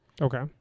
Okay